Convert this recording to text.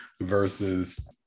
versus